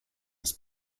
des